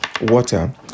water